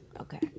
Okay